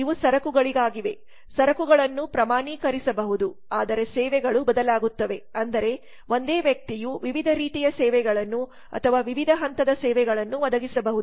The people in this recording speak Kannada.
ಇವು ಸರಕುಗಳಿಗಾಗಿವೆ ಸರಕುಗಳನ್ನು ಪ್ರಮಾಣೀಕರಿಸಬಹುದು ಆದರೆ ಸೇವೆಗಳು ಬದಲಾಗುತ್ತವೆ ಅಂದರೆ ಒಂದೇ ವ್ಯಕ್ತಿಯು ವಿವಿಧ ರೀತಿಯ ಸೇವೆಗಳನ್ನು ಅಥವಾ ವಿವಿಧ ಹಂತದ ಸೇವೆಗಳನ್ನು ಒದಗಿಸಬಹುದು